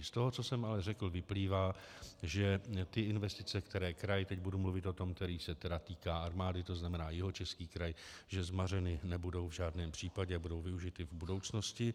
Z toho, co jsem řekl, vyplývá, že investice, které kraj teď budu mluvit o tom, který se týká armády, to znamená Jihočeský kraj , že zmařeny nebudou v žádném případě, budou využity v budoucnosti.